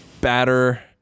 batter